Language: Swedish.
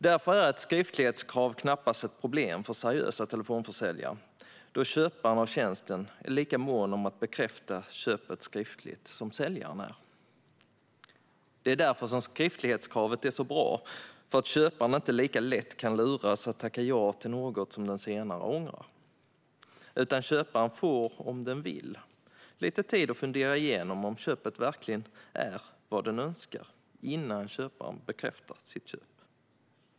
Därför är ett skriftlighetskrav knappast ett problem för seriösa telefonförsäljare, då köparen av tjänsten är lika mån om att bekräfta köpet skriftligt som säljaren är. Det är därför som skriftlighetskravet är så bra - köparen kan inte lika lätt luras att tacka ja till något som den senare ångrar och får om den vill lite tid att fundera igenom om köpet verkligen är vad den önskar innan köpet bekräftas.